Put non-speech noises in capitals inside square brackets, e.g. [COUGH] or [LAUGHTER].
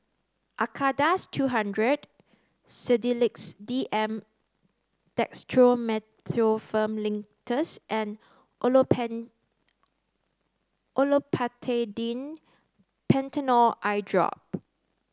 Acardust two hundred Sedilix D M Dextromethorphan Linctus and [UNINTELLIGIBLE] Olopatadine Patanol Eyedrop